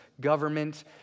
government